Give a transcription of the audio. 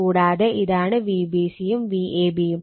കൂടാതെ ഇതാണ് Vbc യും Vab യും